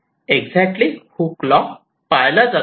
exactly Hooke law पाळला जातो